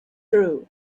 true